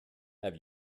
have